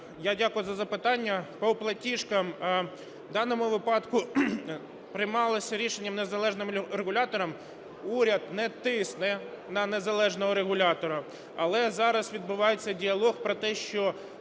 Я дякую за запитання. По платіжкам в даному випадку приймалося рішення незалежним регулятором, уряд не тисне на незалежного регулятора. Але зараз відбувається діалог про те, що